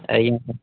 ଆଜ୍ଞା ସାର୍